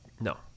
No